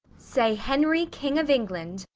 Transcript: say, henry k ing. of england,